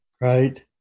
Right